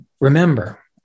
remember